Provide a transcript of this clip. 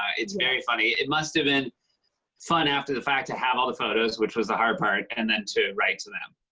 ah it's very funny. it must have been fun after the fact to have all the photos, which was the hard part, and then to write to them.